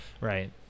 Right